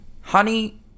Honey